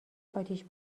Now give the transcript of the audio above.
اتیش